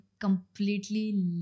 completely